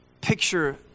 Picture